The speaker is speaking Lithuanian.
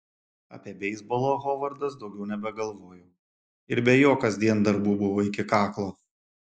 apie beisbolą hovardas daugiau nebegalvojo ir be jo kasdien darbų buvo iki kaklo